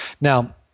now